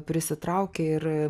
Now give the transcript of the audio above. prisitraukia ir